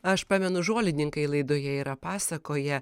aš pamenu žolininkai laidoje yra pasakoję